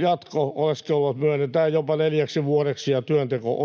jatko-oleskeluluvat myönnetään jopa neljäksi vuodeksi ja työnteko-oikeutta